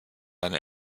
eine